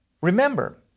remember